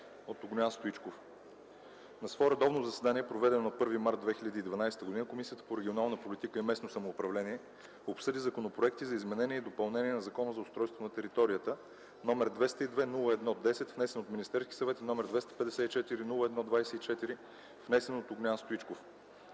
от Огнян Стоичков. На свое редовно заседание, проведено на 1 март 2012 г. Комисията по регионална политика и местно самоуправление обсъди законопроекти за изменение и допълнение на Закона за устройство на територията, № 202-01-10, внесен от Министерския съвет и № 254-01-24, внесен от Огнян Стоичков.